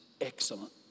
excellent